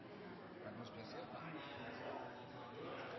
med. Det er ikke